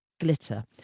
glitter